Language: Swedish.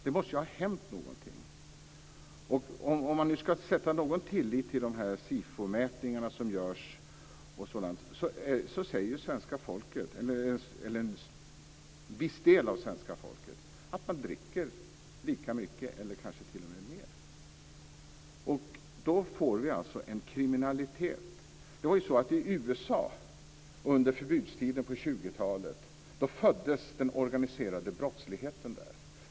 Det måste ju ha hänt någonting. Om man nu skall sätta någon tillit till de SIFO-mätningar som görs säger en viss del av svenska folket att man dricker lika mycket eller kanske t.o.m. mer. Då får vi alltså en kriminalitet. I USA under förbudstiden på 20-talet föddes den organiserade brottsligheten.